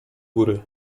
góry